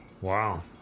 Wow